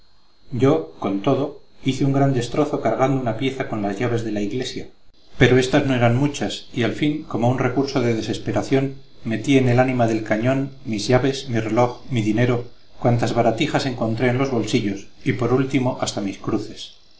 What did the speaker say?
yo con todo hice un gran destrozo cargando una pieza con las llaves de la iglesia pero éstas no eran muchas y al fin como un recurso de desesperación metí en el ánima del cañón mis llaves mi reloj mi dinero cuantas baratijas encontré en los bolsillos y por último hasta mis cruces